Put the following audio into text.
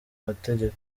mategeko